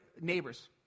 neighbors—